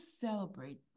celebrate